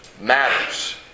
matters